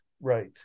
right